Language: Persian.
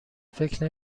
فکر